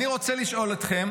אני רוצה לשאול אתכם,